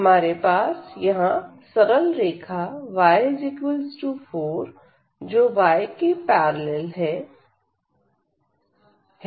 हमारे पास यहां सरल रेखा y4 जो y के पैरेलल है